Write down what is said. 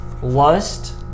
Lust